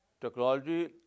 Technology